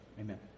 Amen